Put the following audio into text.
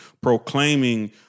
proclaiming